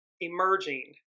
emerging